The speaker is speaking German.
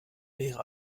wäre